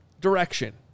direction